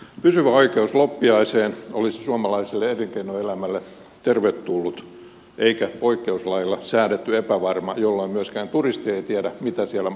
pysyvä oikeus loppiaiseen olisi suomalaiselle elinkeinoelämälle tervetullut eikä poikkeuslailla säädetty epävarma oikeus jolloin myöskään turisti ei tiedä mitä siellä kohdemaassa on tarjolla